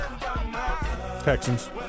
Texans